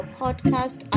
podcast